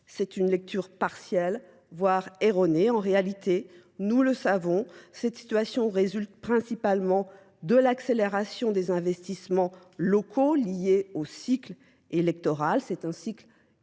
C'est une lecture partielle, voire erronée. En réalité, nous le savons, cette situation résulte principalement de l'accélération des investissements locaux liés au cycle électoral. C'est un cycle récurrents